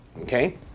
Okay